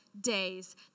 days